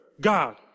God